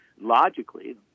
logically